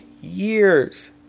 years